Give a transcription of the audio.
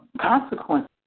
Consequences